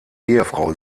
ehefrau